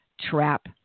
trap